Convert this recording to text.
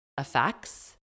effects